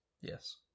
Yes